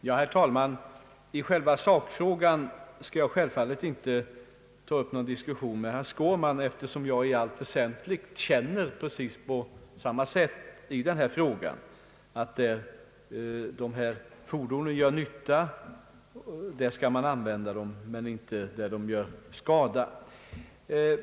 Herr talman! I sakfrågan skall jag självfallet inte ta upp någon diskussion med herr Skårman, eftersom jag i allt väsentligt känner på precis samma sätt som han. Där dessa fordon gör nytta skall man använda dem men inte där de gör skada.